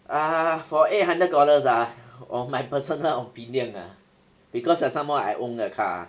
ah for eight hundred dollars ah of my personal opinion ah because I some more I own a car ah